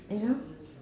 you know